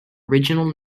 original